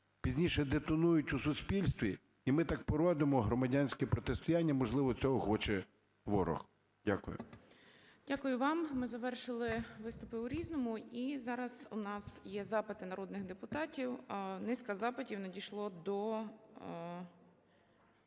пізніше детонують у суспільстві, і ми так породимо громадянське протистояння. Можливо, цього хоче ворог. Дякую. 12:17:25 ГОЛОВУЮЧИЙ. Дякую вам. Ми завершили виступи у "Різному", і зараз у нас є запити народних депутатів. Низка запитів надійшла до…